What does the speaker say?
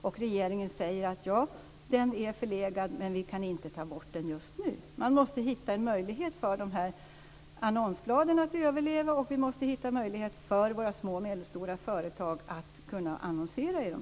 Och regeringen säger att ja, den är förlegad men vi kan inte ta bort den just nu. Man måste hitta en möjlighet för de här annonsbladen att överleva, och vi måste hitta en möjlighet för våra små och medelstora företag att kunna annonsera i dem.